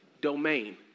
domain